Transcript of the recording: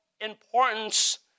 importance